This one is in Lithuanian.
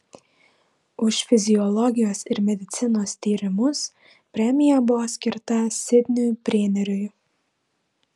už fiziologijos ir medicinos tyrimus premija buvo skirta sidniui brėneriui